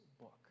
book